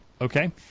okay